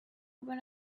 when